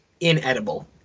inedible